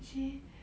actually